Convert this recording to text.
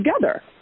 together